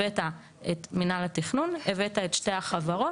הבאת את מינהל התכנון, הבאת את שתי החברות.